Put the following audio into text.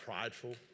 prideful